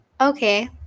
Okay